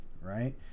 right